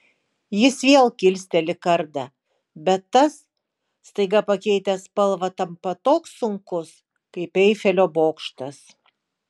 jis vėl kilsteli kardą bet tas staiga pakeitęs spalvą tampa toks sunkus kaip eifelio bokštas